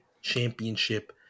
championship